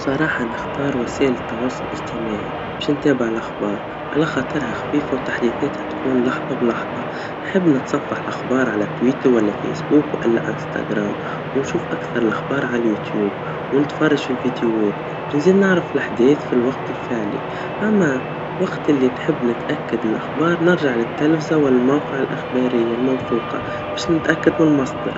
صراحا نختار وسايل التواصل الإجتماعي, باش نتابع الأخبار, على خاطرها خفيفا, وتحديثاتها تكون لحظا بلحظا, نحب نتصفح الاخبار على تويتر, وإلا فيسبوك, وإلا أنستاجرام, ونشوف أكثر الاخبار عاليوتيوب, ونتفرجج في الفديوهات, علشان نعرف الاحدااث في االوقت الفعلي, أما وقت اللي نحب نتأكد الأخبار, نرجع للتلفزا والموقع الإخباريا الموثوقا, باش نتأكد من المصدر.